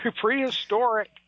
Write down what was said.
Prehistoric